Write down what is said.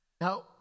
Now